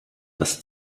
das